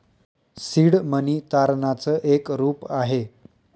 seed money तारणाच एक रूप आहे